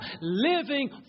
living